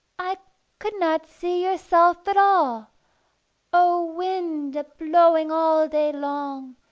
i could not see yourself at all o wind, a-blowing all day long,